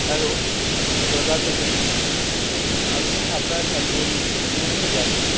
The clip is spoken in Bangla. হ্যালো প্রকাশ এজেন্সি আমি আপনার একজন নিয়মিত যাত্রী